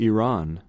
Iran